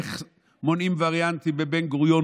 איך מונעים וריאנטים בבן-גוריון,